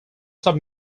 sub